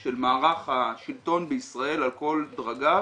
של מערך השלטון בישראל על כל דרגיו,